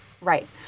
right